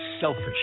selfish